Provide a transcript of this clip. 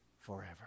forever